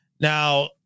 Now